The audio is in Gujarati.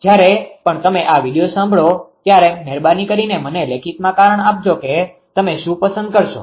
જયારે પણ તમે આ વિડીયો સાંભળો ત્યારે મહેરબાની કરીને મને લેખિતમાં કારણ આપજો કે તમે શુ પસંદ કરશો